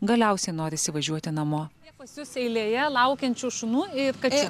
galiausiai norisi važiuoti namo pas jus eilėje laukiančių šunų ir kačių